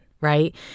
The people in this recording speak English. Right